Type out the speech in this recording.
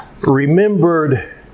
remembered